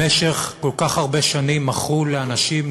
במשך כל כך הרבה שנים מכרו לאנשים,